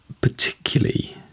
particularly